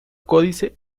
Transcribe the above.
códice